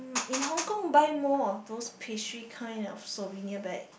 in Hong-Kong buy more of those pastry kind of souvenir bag